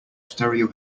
stereo